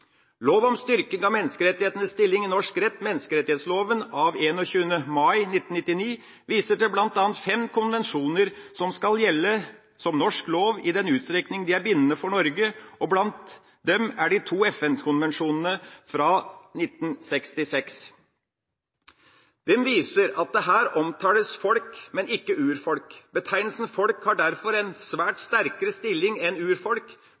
Lov om styrking av menneskerettighetenes stilling i norsk rett, menneskerettsloven av 21. mai 1999, viser til bl.a. fem konvensjoner som «skal gjelde som norsk lov i den utstrekning de er bindende for Norge», og blant dem er de to FN-konvensjonene fra 1966. Der omtales «folk», men ikke «urfolk». Betegnelsen «folk» har derfor en svært mye sterkere stilling enn